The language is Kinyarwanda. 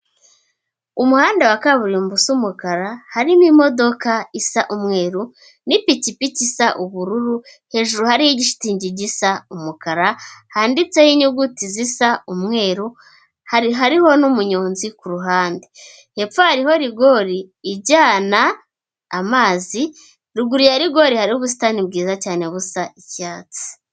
Umuhanda wa kaburimbo usa umukara harimo imodoka isa umweru n'ipikipiki isa ubururu hejuru hari igishitingi gisa umukara handitseho inyuguti zisa umweru, hari hariho n'umuyonzi kuruhande hepfo ye hariho rigori ijyana amazi, ruguru ya rigori hari ubusitani bwiza cyane busa icyatsi.